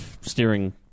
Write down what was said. steering